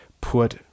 put